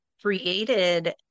created